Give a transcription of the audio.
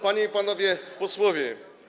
Panie i Panowie Posłowie!